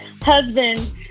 husband